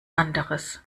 anderes